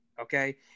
Okay